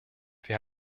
wir